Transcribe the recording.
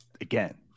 Again